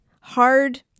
hard